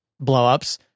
blow-ups